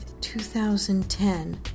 2010